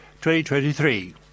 2023